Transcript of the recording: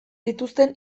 dituzten